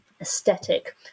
aesthetic